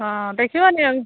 ହଁ ଦେଖିବନି ଆଉ